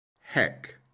heck